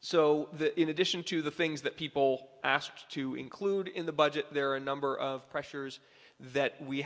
so that in addition to the things that people asked to include in the budget there are a number of pressures that we